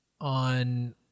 on